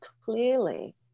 clearly